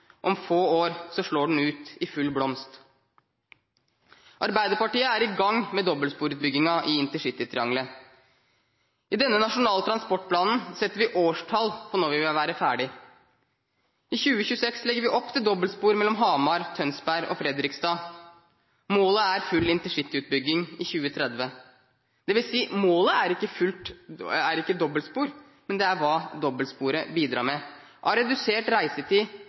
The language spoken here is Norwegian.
om få år slår den ut i full blomst. Arbeiderpartiet er i gang med dobbeltsporutbyggingen i intercitytriangelet. I denne nasjonale transportplanen setter vi årstall for når vi vil være ferdig. I 2026 legger vi opp til dobbeltspor mellom Hamar, Tønsberg og Fredrikstad. Målet er full intercityutbygging i 2030. Det vil si, målet er ikke dobbeltspor, men det er hva dobbeltsporet bidrar med – av redusert reisetid,